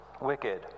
wicked